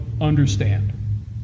understand